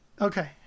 Okay